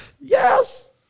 Yes